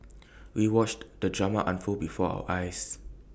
we watched the drama unfold before our eyes